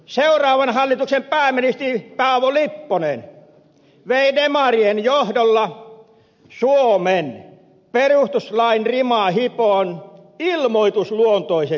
seuraavan hallituksen pääministeri paavo lipponen vei demarien johdolla suomen perustuslain rimaa hipoen ilmoitusluontoisesti emuun